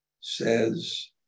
says